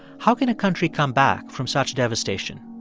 how can a country come back from such devastation?